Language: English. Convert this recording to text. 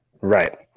Right